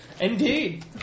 Indeed